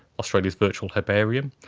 australia's virtual herbarium,